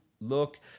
look